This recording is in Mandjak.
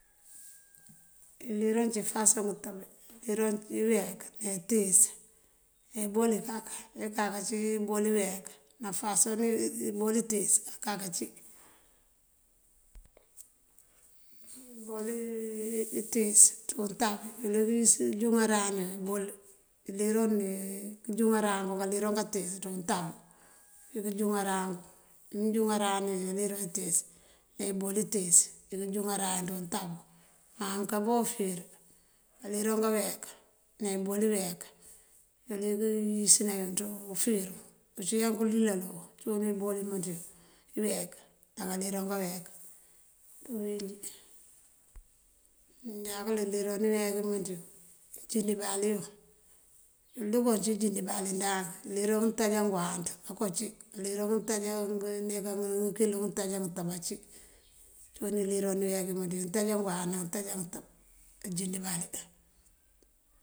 Iliroŋ ací ifasoŋ ngëëtëb: iliroŋ yeek ná itíis. Eboli kak, ekak cí ebol yeek ná fasoŋ ebol itíis akaka ací. ibol itíis ţí untab yul yí ngëënjúŋaran yun ibol. Iliroŋ ndee këënjúŋaran, kaliroŋ katíis ţí untab yukí këënjúŋaran ngun. Mëënjúŋarani iliroŋ itíis ebol itíis yuŋ júŋaran dí untab. Ma mëënkábo ufíir kaliroŋ kayeek ná ebol yeek yël yi këënyísërayun ţí unú fíir kaliroŋ. Uncíyank ulilal cíwun ebol imëënţiyun iyek ní káaliroŋ kayeek ţí uwínjí. Njaakëlin iliroŋ iyek imëënţiyun cín jíndëbali yun, dukoo cí jíndëbali dank ngëliroŋ ngëëntáaja ngëëwanţ ooko cí, ngëliroŋ ngëënkilo ngëëntáaja ngëëtëb ací. Cun ngëliroŋ yeek yumëënţ yun ngëëntáaja ngëëwanţ ná ngëëntáaja ngëëtëb, ná jíndëbali.